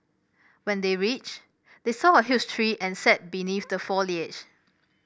when they reached they saw a huge tree and sat beneath the foliage